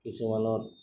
কিছুমানত